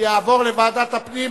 על הכול.